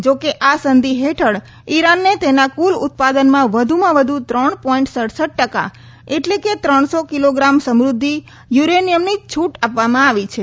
જો કે આ સંધિ હેઠળ ઈરાનને તેના કુલ ઉત્પાદનના વધુમાં વધુ ત્રણ પોઈન્ટ સડસઠ ટકા એટલે કે ત્રણ સો કિલોગ્રામ સમૃધ્ધિ યુરેનિયમની જ છુટ આપવામાં આવી છે